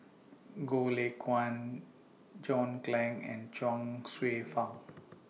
Goh Lay Kuan John Clang and Chuang Hsueh Fang